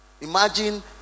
imagine